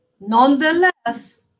Nonetheless